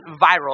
viral